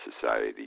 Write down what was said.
society